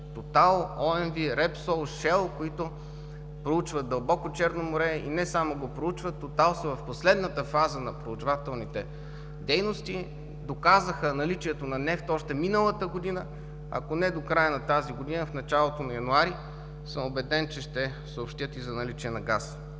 „Тотал“, OMV, „Репсол“, „Шел“, които проучват дълбоко Черно море и не само го проучват. „Тотал“ са в последната фаза на проучвателните дейности, доказаха наличието на нефт още миналата година. Ако не до края на тази година, в началото на януари 2018 г. съм убеден, че ще съобщят и за наличие на газ.